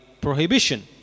prohibition